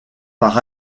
par